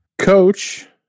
Coach